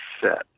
set